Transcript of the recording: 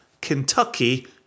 Kentucky